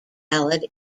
valid